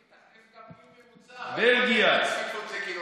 תכניס גם גיל ממוצע, לא רק צפיפות לקילומטר.